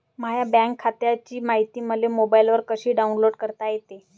माह्या बँक खात्याची मायती मले मोबाईलवर कसी डाऊनलोड करता येते?